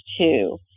two